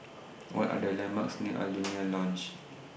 What Are The landmarks near Alaunia Lodge